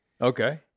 Okay